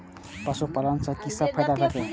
पशु पालन सँ कि सब फायदा भेटत?